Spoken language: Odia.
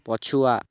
ପଛୁଆ